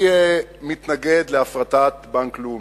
אדוני סגן השר, אני מתנגד להפרטת בנק לאומי.